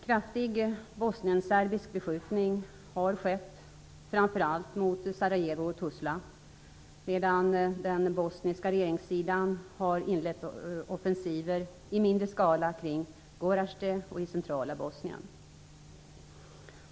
Kraftig bosnienserbisk beskjutning har skett framför allt mot Sarajevo och Tuzla, medan den bosniska regeringssidan har inlett offensiver i mindre skala kring Gorazde och i centrala Bosnien.